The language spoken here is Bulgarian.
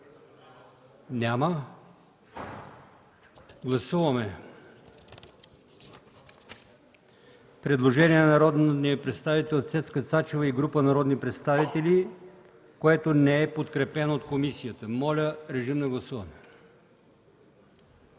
ще гласуваме предложението от народния представител Цецка Цачева и група народни представители по чл. 438, което не е подкрепено от комисията. Моля, режим на гласуване.